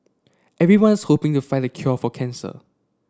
everyone's hoping to find the cure for cancer